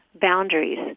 boundaries